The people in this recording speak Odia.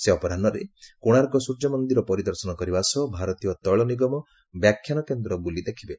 ସେ ଅପରାହୁରେ କୋଶାର୍କ ସ୍ୱର୍ଯ୍ୟମନ୍ଦିର ପରିଦର୍ଶନ କରିବା ସହ ଭାରତୀୟ ତୈଳ ନିଗମ ବ୍ୟାଖ୍ୟାନ କେନ୍ଦ୍ର ବୁଲି ଦେଖିବେ